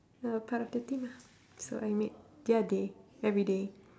the part of the team ah so I made their day everyday